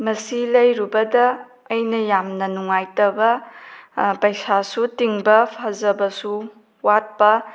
ꯃꯁꯤ ꯂꯩꯔꯨꯕꯗ ꯑꯩꯅ ꯌꯥꯝꯅ ꯅꯨꯡꯉꯥꯏꯇꯕ ꯄꯩꯁꯥꯁꯨ ꯇꯤꯡꯕ ꯐꯖꯕꯁꯨ ꯋꯥꯠꯄ